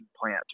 Plant